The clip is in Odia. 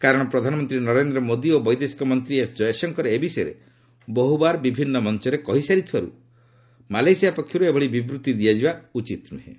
କାରଣ ପ୍ରଧାନମନ୍ତ୍ରୀ ନରେନ୍ଦ୍ର ମୋଦୀ ଓ ବୈଦେଶିକ ମନ୍ତ୍ରୀ ଏସ୍ ଜୟଶଙ୍କର ଏ ବିଷୟରେ ବହୁବାର ବିଭିନ୍ନ ମଞ୍ଚରେ କହିସାରିଥିବାରୁ ମାଲେସିଆ ପକ୍ଷରୁ ଏଭଳି ବିବୃତ୍ତି ଦିଆଯିବା ଉଚିତ୍ ନୁହଁ